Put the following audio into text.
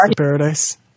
Paradise